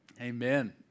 Amen